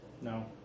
No